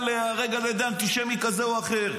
או להיהרג על ידי אנטישמי כזה או אחר.